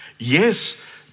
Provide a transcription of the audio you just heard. Yes